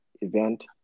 event